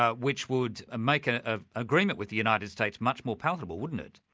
ah which would ah make and ah agreement with the united states much more palatable, wouldn't it?